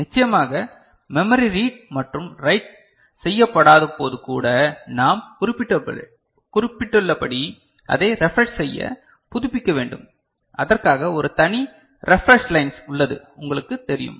நிச்சயமாக memory read மற்றும் write செய்யப்படாதபோது கூட நாம் குறிப்பிட்டுள்ளபடி அதை ரெப்ரெஷ் செய்ய புதுப்பிக்க வேண்டும் அதற்காக ஒரு தனி ரெப்ரெஷ் லைன்ஸ் உள்ளது உங்களுக்குத் தெரியும்